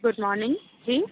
good morning G